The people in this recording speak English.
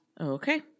okay